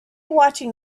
watching